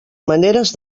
maneres